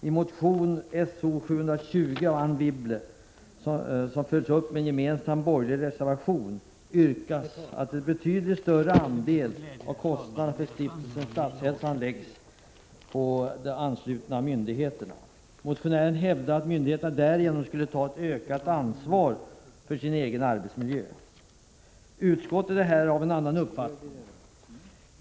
I motion §0720 av Anne Wibble, vilken följs upp av en gemensam borgerlig reservation, yrkas att en betydligt större andel av kostnaderna för Stiftelsen Statshälsan läggs på de anslutna myndigheterna. Motionären hävdar att myndigheterna därigenom skulle ta ett ökat ansvar för sin egen arbetsmiljö. Utskottet är här av en annan uppfattning.